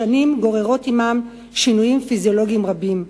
השנים גוררות עמן שינויים פיזיולוגים רבים,